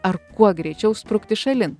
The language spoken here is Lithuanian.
ar kuo greičiau sprukti šalin